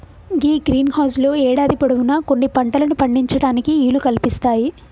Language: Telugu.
గీ గ్రీన్ హౌస్ లు యేడాది పొడవునా కొన్ని పంటలను పండించటానికి ఈలు కల్పిస్తాయి